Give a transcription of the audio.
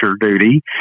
duty